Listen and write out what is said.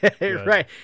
Right